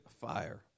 fire